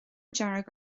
dearg